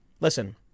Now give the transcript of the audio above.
Listen